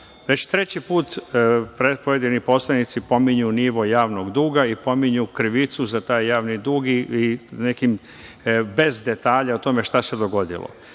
treći put pojedini poslanici pominju nivo javnog duga i pominju krivicu za taj javni dug, bez detalja o tome šta se dogodilo.